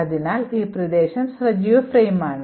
അതിനാൽ ഈ പ്രദേശം സജീവ ഫ്രെയിമാണ്